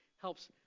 helps